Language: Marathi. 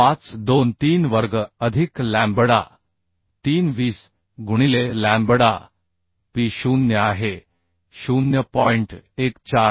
523 वर्ग अधिक लॅम्बडा 3 20 गुणिले लॅम्बडा Pi 0 आहे 0